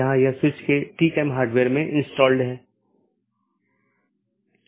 BGP किसी भी transport layer का उपयोग नहीं करता है ताकि यह निर्धारित किया जा सके कि सहकर्मी उपलब्ध नहीं हैं या नहीं